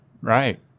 Right